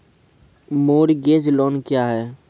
Mortgage loan क्या है?